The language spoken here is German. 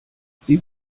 sie